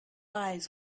eyes